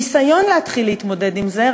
ניסיון להתחיל להתמודד עם זה,